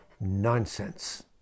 Nonsense